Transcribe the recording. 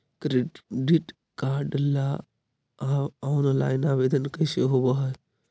Credit card ल online आवेदन कैसे होब है?